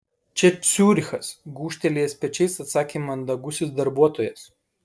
čia ciurichas gūžtelėjęs pečiais atsakė mandagusis darbuotojas